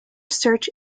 search